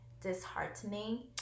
disheartening